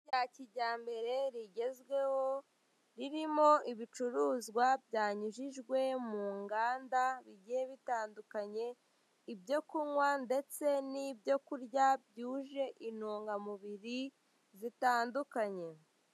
Rya kijyambere rigezweho, ririmo ibicuruzwa byanyujijwe mu nganda bigiye bitandukanye, ibyo kunywa ndetse n'ibyo kurya byuje intungamubiri zitandukanye.